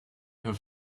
have